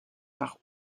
par